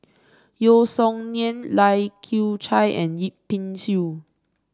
Yeo Song Nian Lai Kew Chai and Yip Pin Xiu